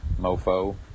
mofo